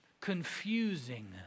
confusing